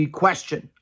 question